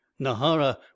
Nahara